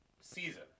season